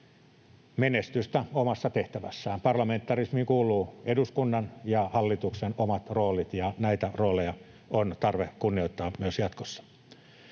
menestystä omassa tehtävässään. Parlamentarismiin kuuluvat eduskunnan ja hallituksen omat roolit, ja näitä rooleja on tarve kunnioittaa myös jatkossa.